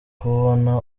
kubona